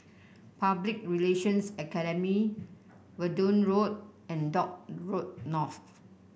Public Relations Academy Verdun Road and Dock Road North